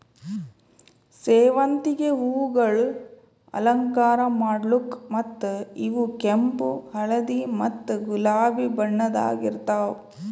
ಸೇವಂತಿಗೆ ಹೂವುಗೊಳ್ ಅಲಂಕಾರ ಮಾಡ್ಲುಕ್ ಮತ್ತ ಇವು ಕೆಂಪು, ಹಳದಿ ಮತ್ತ ಗುಲಾಬಿ ಬಣ್ಣದಾಗ್ ಇರ್ತಾವ್